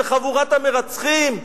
בחבורת המרצחים,